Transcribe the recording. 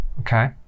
okay